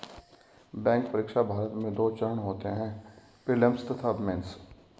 bank परीक्षा, भारत में दो चरण होते हैं प्रीलिम्स तथा मेंस